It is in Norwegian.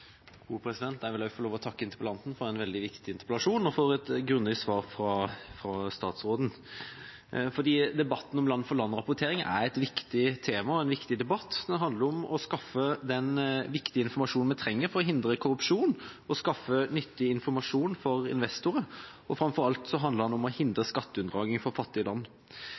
Jeg vil også få lov til å takke interpellanten for en veldig viktig interpellasjon og statsråden for et grundig svar. Debatten om land-for-land-rapportering er en viktig debatt om et viktig tema. Den handler om å skaffe den viktige informasjonen vi trenger for å hindre korrupsjon, og skaffe nyttig informasjon for investorer. Framfor alt handler den om å hindre skatteunndragning fra fattige land.